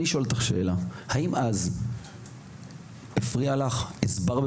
ואני רוצה לשאול אותך שאלה, האם אז הפריע לך המצב?